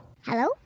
Hello